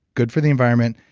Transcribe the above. good for the environment,